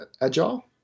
agile